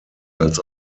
als